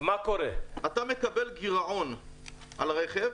אתה מקבל גירעון על רכב.